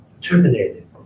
terminated